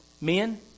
Men